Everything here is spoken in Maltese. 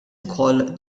ukoll